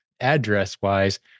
address-wise